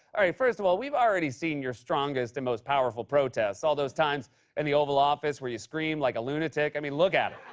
alright, first of all, we've already seen your strongest and most powerful protest. all those times in and the oval office where you scream like a lunatic. i mean, look at